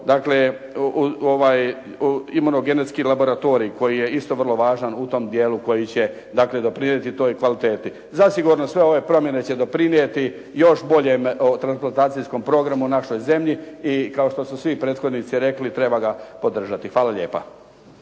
Dakle, imunogenetski laboratorij koji je isto vrlo važan u tom dijelu koji će doprinijeti toj kvaliteti. Zasigurno sve ove promjene će doprinijeti još boljem transplantacijskom programu u našoj zemlji i kao što su svi prethodnici rekli treba ga podržati. Hvala lijepa.